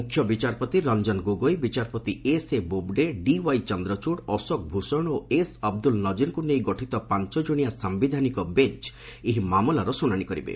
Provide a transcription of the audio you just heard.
ମୁଖ୍ୟ ବିଚାରପତି ରଞ୍ଜନ ଗୋଗୋଇ ବିଚାରପତି ଏସ୍ଏ ବୋବଡ଼େ ଡିୱାଇ ଚନ୍ଦ୍ରଚୂଡ଼ ଅଶୋକ ଭୂଷଣ ଓ ଏସ୍ ଅବଦୁଲ୍ ନଜିରଙ୍କୁ ନେଇ ଗଠିତ ପାଞ୍ଚ କଣିଆ ସାୟିଧାନିକ ବେଞ୍ଚ୍ ଏହି ମାମଲାର ଶୁଣାଣି କରିବେ